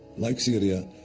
like syria,